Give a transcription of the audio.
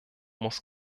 muss